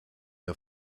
der